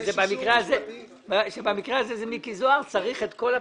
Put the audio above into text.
שבמקרה הזה זה מיקי זוהר צריך את כל הפירוט.